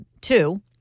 Two